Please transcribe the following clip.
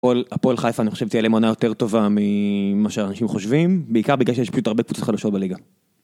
הפועל חיפה אני חושב שתהיה להם עונה יותר טובה ממה שאנשים חושבים, בעיקר בגלל שיש פשוט הרבה קבוצות חדשות בליגה.